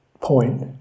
point